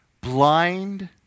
blind